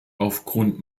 aufgrund